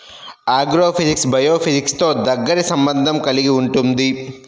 agrophysics బయోఫిజిక్స్తో దగ్గరి సంబంధం కలిగి ఉంటుంది